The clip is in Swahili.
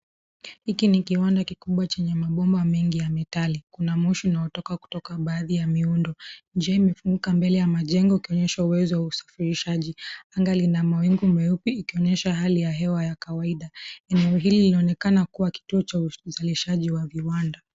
Hiki ni kiwanda kikubwa chenye maboma mengi ya metali. Kuna moshi unaotoka kutoka baadhi ya miundo. Jua imefunika mbele ya majengo ikionyesha uwezo usafirishaji. Anga lina mawingu meupe ikionyesha hali ya hewa ya kawaida. Eneo hili linaonekana kuwa kituo cha uzalishaji wa viwanda.